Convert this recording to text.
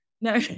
No